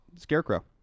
Scarecrow